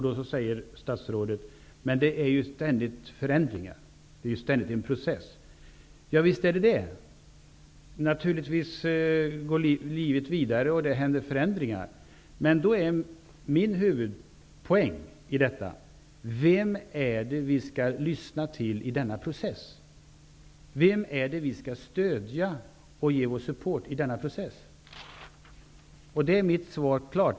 Då säger statsrådet att det ständigt sker förändringar, att det är en ständig process. Visst är det så. Naturligtvis går livet vidare, och det sker förändringar. Min huvudpoäng handlar om vem vi skall lyssna till i denna process. Vem skall vi stödja i denna process? Mitt svar är klart.